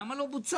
למה לא בוצע?